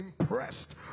impressed